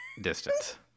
distance